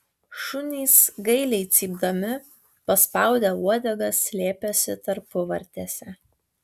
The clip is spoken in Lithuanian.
šunys gailiai cypdami paspaudę uodegas slėpėsi tarpuvartėse